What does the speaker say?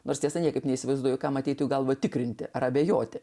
nors tiesa niekaip neįsivaizduoju kam ateitų į galvą tikrinti ar abejoti